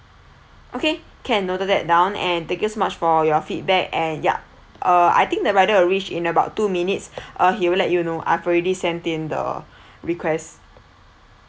okay can noted that down and thank you so much for your feedback and yup uh I think the rider will reach in about two minutes uh he'll let you know I've already sent in the uh request